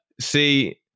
see